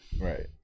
right